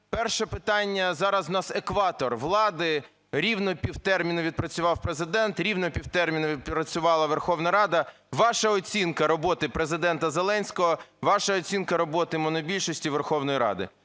Перше питання. Зараз в нас екватор влади: рівно пів терміну відпрацював Президент, рівно пів терміну відпрацювала Верховна Рада. Ваша оцінка роботи Президента Зеленського? Ваша оцінка роботи монобільшості Верховної Ради?